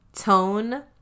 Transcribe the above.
tone